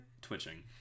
twitching